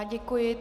Děkuji.